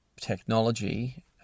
technology